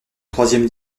troisième